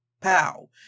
Pow